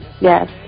Yes